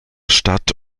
stadt